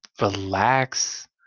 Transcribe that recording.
relax